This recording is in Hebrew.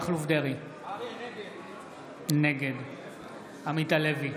נגד עמית הלוי,